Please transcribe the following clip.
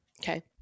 Okay